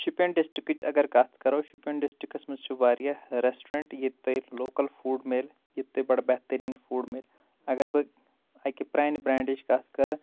شُپیان ڈِسٹرکٕچ اگر کتھ کرو شُپیان ڈِسٹرکس منٛز چھِ واریاہ رٮ۪سٹورنٹ ییٚتہِ تۄہہِ لوکل فوٗڈ مِلہِ ییٚتہِ تۄہہِ بڑٕ بہتریٖن فوڈ مِلہِ اگر بہٕ اکہِ پرانہِ برینڈٕچ کتھ کرٕ